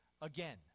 Again